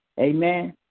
amen